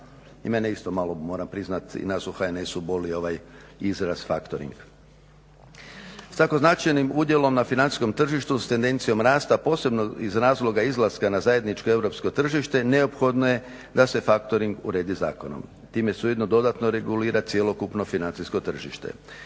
I mene isto malo moram priznati i nas u HNS-u boli ovaj izraz factoring. S tako značajnim udjelom na financijskom tržištu s tendencijom rasta posebno iz razloga izlaska na zajedničko europsko tržište neophodno je da se factoring uredi zakonom. Time se ujedno dodatno regulira cjelokupno financijsko tržište.